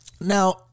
now